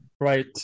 Right